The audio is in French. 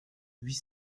huit